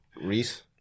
Reese